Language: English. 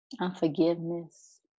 Unforgiveness